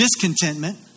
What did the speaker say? discontentment